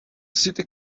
city